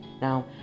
Now